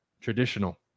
Traditional